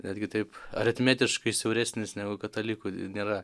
netgi taip aritmetiškai siauresnis negu katalikų nėra